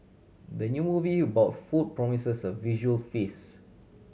the new movie about food promises a visual feast